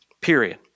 period